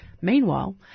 Meanwhile